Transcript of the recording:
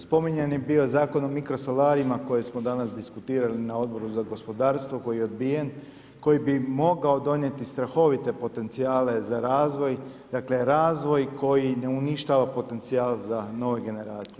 Spominjan je bio Zakon o mikrosolarima koje smo danas diskutirali na Odboru za gospodarstvo koji je odbijen, koji bi mogao donijeti strahovito potencijala za razvoj, dakle razvoj koji ne uništava potencijal za nove generacije